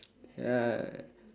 ya